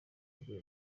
bwe